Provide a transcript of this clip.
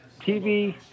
TV